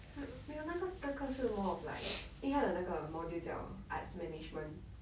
没有那个那个是 more of like 因为他的那个 module 叫 arts management